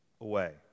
away